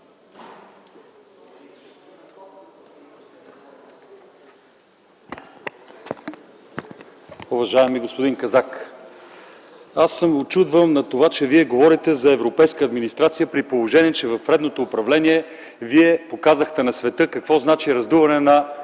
Уважаеми господин Казак, аз се учудвам на това, че Вие говорите за европейска администрация, при положение че в предното управление показахте на света какво значи раздуване на